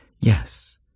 Yes